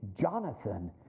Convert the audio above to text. Jonathan